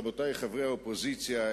רבותי חברי האופוזיציה,